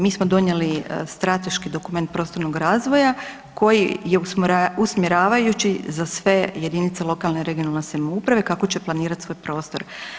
Mi smo donijeli strateški dokument prostornog razvoja koji je usmjeravajući za sve jedinice lokalne i regionalne samouprave kako će planirati svoj prostor.